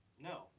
No